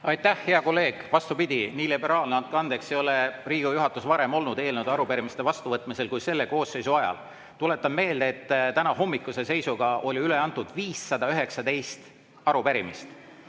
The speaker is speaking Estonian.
Aitäh, hea kolleeg! Vastupidi, nii liberaalne, andke andeks, ei ole Riigikogu juhatus varem olnud eelnõude‑arupärimiste vastuvõtmisel kui selle koosseisu ajal. Tuletan meelde, et tänahommikuse seisuga oli üle antud 519 arupärimist.